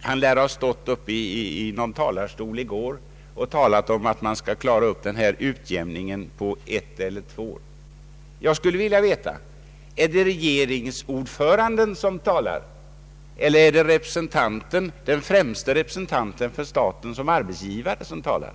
Han lär ha stått i någon talarstol i går och sagt att man skall klara av denna utjämning på ett eller två år. Jag skulle vilja veta: Är det partiordföranden som talar eller är det den främste representanten för staten som arbetsgivare som talar?